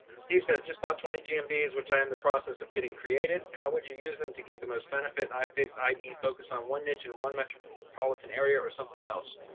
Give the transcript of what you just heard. steve says just about twenty gm bees which i am the process of getting created, how would you use them to get the most benefit i fit ie focus on one niche in one metropolitan area or something else?